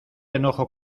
enojo